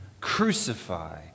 Crucify